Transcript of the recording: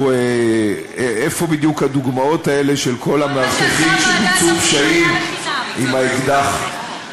איפה בדיוק הדוגמאות האלה של כל המאבטחים שביצעו פשעים עם האקדח?